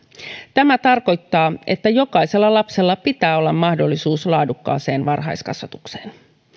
tämä tarkoittaa että jokaisella lapsella pitää olla mahdollisuus laadukkaaseen varhaiskasvatukseen